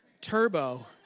Turbo